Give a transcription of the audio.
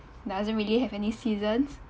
doesn't really have any seasons